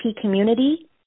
community